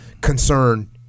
concern